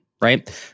right